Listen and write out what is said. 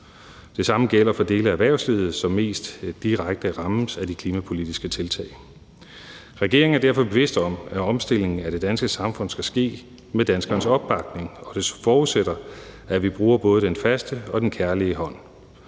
Det samme gælder for dele af erhvervslivet, som mest direkte rammes af de klimapolitiske tiltag. Regeringen er derfor bevidst om, at omstillingen af det danske samfund skal ske med danskernes opbakning, og det forudsætter, at vi bruger både den faste og den kærlige hånd: